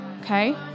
okay